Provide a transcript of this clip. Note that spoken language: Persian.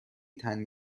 تنگ